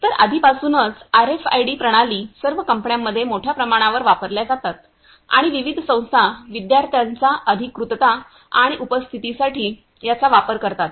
तर आधीपासूनच आरएफआयडी प्रणाली सर्व कंपन्यांमध्ये मोठ्या प्रमाणावर वापरल्या जातात आणि विविध संस्था विद्यार्थ्यांचा अधिकृतता आणि उपस्थितीसाठी याचा वापर करतात